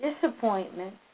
Disappointment